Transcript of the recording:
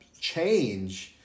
change